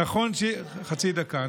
חצי דקה.